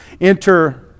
enter